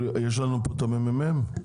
יש לנו את הממ"מ?